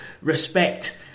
respect